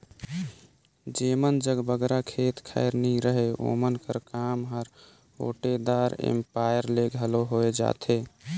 जेमन जग बगरा खेत खाएर नी रहें ओमन कर काम हर ओटेदार इस्पेयर ले घलो होए जाथे